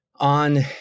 On